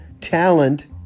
talent